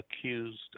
accused